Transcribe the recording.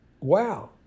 wow